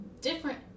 different